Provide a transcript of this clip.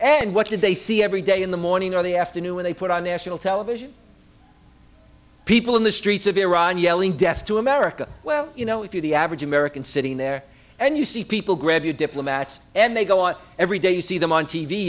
and what did they see every day in the morning or in the afternoon when they put on national television people in the streets of iran yelling death to america well you know if you're the average american sitting there and you see people grab your diplomats and they go out every day you see them on t